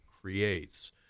creates